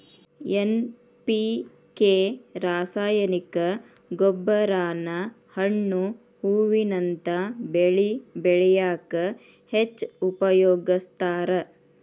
NPK ರಾಸಾಯನಿಕ ಗೊಬ್ಬರಾನ ಹಣ್ಣು ಹೂವಿನಂತ ಬೆಳಿ ಬೆಳ್ಯಾಕ ಹೆಚ್ಚ್ ಉಪಯೋಗಸ್ತಾರ